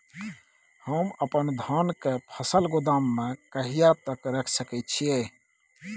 हम अपन धान के फसल गोदाम में कहिया तक रख सकैय छी?